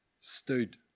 stood